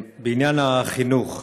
בעניין החינוך,